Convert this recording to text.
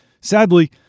Sadly